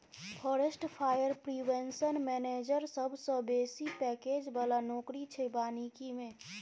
forest fire prevention manager सबसँ बेसी package बला नौकरी छै बानिकी मे